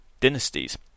dynasties